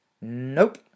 Nope